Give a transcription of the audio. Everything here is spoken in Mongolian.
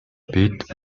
бид